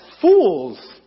fools